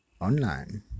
online